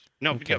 No